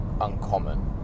uncommon